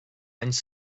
anys